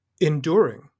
enduring